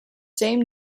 same